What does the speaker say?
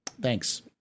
Thanks